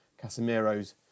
Casemiro's